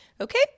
okay